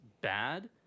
bad